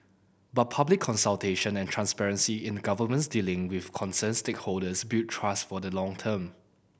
but public consultation and transparency in the government's dealing with concerned stakeholders build trust for the long term